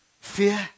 fear